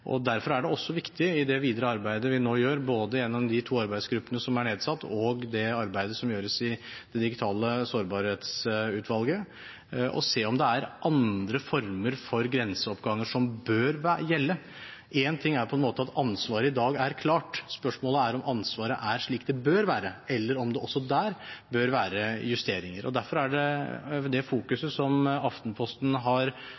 Derfor er det også viktig i det videre arbeidet vi nå gjør, både gjennom de to arbeidsgruppene som er nedsatt, og i det digitale sårbarhetsutvalget, å se om det er andre former for grenseoppganger som bør gjelde. Én ting er om ansvaret i dag er klart. Spørsmålet er om ansvaret er slik det bør være, eller om det også der bør være justeringer. Derfor er det fokuset som Aftenposten har